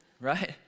Right